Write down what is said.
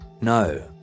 no